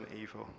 evil